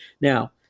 Now